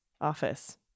office